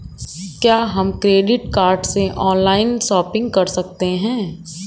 क्या हम credit card से ऑनलाइन शॉपिंग कर सकते हैं?